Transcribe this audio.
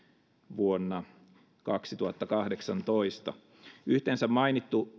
vuonna kaksituhattakahdeksantoista mainittu